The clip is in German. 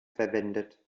verwendet